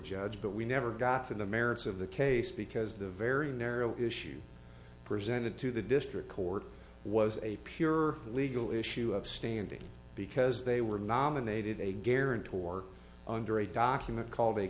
judge but we never got to the merits of the case because the very narrow issue presented to the district court was a pure legal issue of standing because they were nominated a guarantor under a document called a